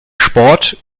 sport